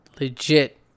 legit